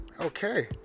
okay